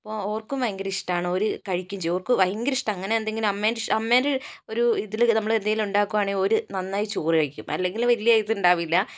അപ്പോൾ അവർക്കും ഭയങ്കര ഇഷ്ടമാണ് അവര് കഴിക്കുകയും ചെയ്യും അവർക്ക് ഭയങ്കര ഇഷ്ടമാണ് അങ്ങനെ എന്തെങ്കിലും അമ്മേന്റിഷ്ടം അമ്മേൻ്റ ഒരു ഇതില് നമ്മള് എന്തെങ്കിലും ഉണ്ടാക്കുകയാണെങ്കിൽ അവര് നന്നായി ചോറ് കഴിക്കും അല്ലെങ്കില് വലിയ ഇതുണ്ടാവില്ല